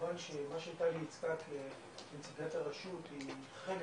כמובן שמה שטלי ייצגה כנציגת הרשות, היא חלק